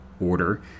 order